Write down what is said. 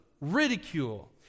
ridicule